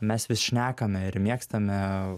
mes vis šnekame ir mėgstame